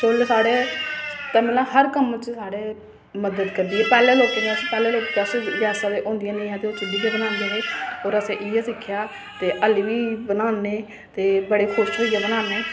चु'ल्ल साढ़े मतलब कि हर कम्म साढ़े मदद करदी ऐ ते पैह्'लें लोकें दे गैसां ते होंदियां निं हियां ते ओह् चु'ल्ली गै बनांदे हे ते होर असें इयै सिक्खेआ ते ऐल्ली बी बनाने ते खुश होइयै बनाने